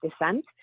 descent